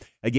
again